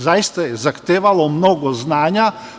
Zaista je zahtevalo mnogo znanja.